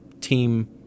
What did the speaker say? team